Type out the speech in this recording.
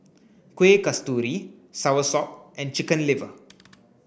Kueh Kasturi Soursop and chicken liver